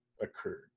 occurred